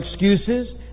excuses